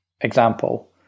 example